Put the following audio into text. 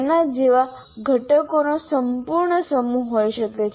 તેના જેવા ઘટકોનો સંપૂર્ણ સમૂહ હોઈ શકે છે